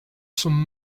some